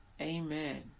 Amen